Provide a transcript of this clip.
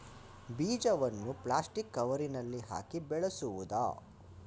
ಬೀಜವನ್ನು ಪ್ಲಾಸ್ಟಿಕ್ ಕವರಿನಲ್ಲಿ ಹಾಕಿ ಬೆಳೆಸುವುದಾ?